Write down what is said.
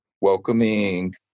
welcoming